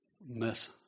mess